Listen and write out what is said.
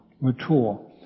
mature